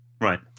Right